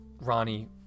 Ronnie